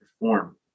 perform